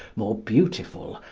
more beautiful,